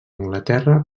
anglaterra